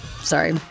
Sorry